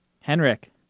Henrik